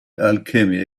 alchemy